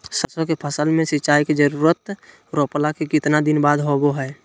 सरसों के फसल में सिंचाई के जरूरत रोपला के कितना दिन बाद होबो हय?